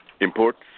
imports